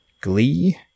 glee